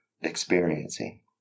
experiencing